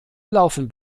laufen